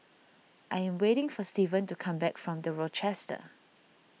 I am waiting for Steven to come back from the Rochester